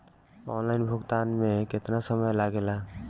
Online भुगतान में केतना समय लागेला?